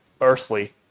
earthly